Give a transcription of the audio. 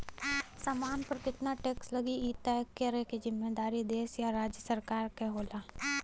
सामान पर केतना टैक्स लगी इ तय करे क जिम्मेदारी देश या राज्य सरकार क होला